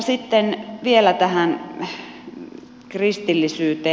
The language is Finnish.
sitten vielä tähän kristillisyyteen